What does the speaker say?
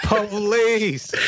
Police